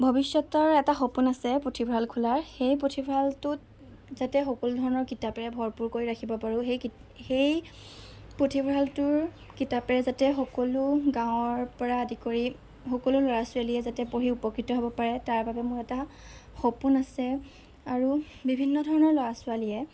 ভৱিষ্যতৰ এটা সপোন আছে পুথিভঁৰাল খোলাৰ সেই পুথিভঁৰালটোত যাতে সকলো ধৰণৰ কিতাপেৰে ভৰপূৰ কৰি ৰাখিব পাৰোঁ সেই সেই পুথিভঁৰালটোৰ কিতাপেৰে যাতে সকলো গাঁৱৰপৰা আদি কৰি সকলো ল'ৰা ছোৱালীয়ে যাতে পঢ়ি উপকৃত হ'ব পাৰে তাৰবাবে মোৰ এটা সপোন আছে আৰু বিভিন্ন ধৰণৰ ল'ৰা ছোৱালীয়ে